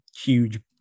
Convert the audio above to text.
huge